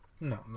No